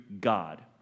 God